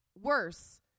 worse